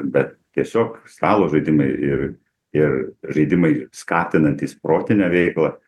bet tiesiog stalo žaidimai ir ir žaidimai skatinantys protinę veiklą